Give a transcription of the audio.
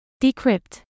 Decrypt